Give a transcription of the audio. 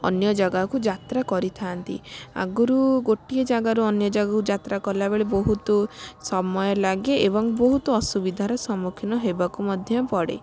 ଅନ୍ୟଜାଗାକୁ ଯାତ୍ରା କରିଥାନ୍ତି ଆଗରୁ ଗୋଟିଏ ଯାଗାରୁ ଅନ୍ୟ ଯାଗାକୁ ଯାତ୍ରା କଲାବେଳେ ବହୁତସମୟ ଲାଗେ ଏବଂ ବହୁତ ଅସୁବିଧାର ସମ୍ମୁଖୀନ ହେବାକୁ ମଧ୍ୟ ପଡ଼େ